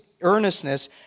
earnestness